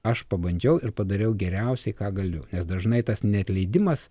aš pabandžiau ir padariau geriausiai ką galiu nes dažnai tas neatleidimas